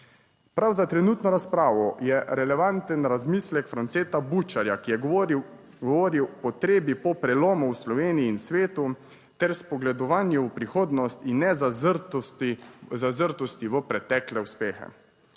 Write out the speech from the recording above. Prav za trenutno razpravo je relevanten razmislek Franceta Bučarja, ki je govoril o potrebi po prelomu v Sloveniji in svetu ter spogledovanju v prihodnost in ne zazrtosti v pretekle uspehe.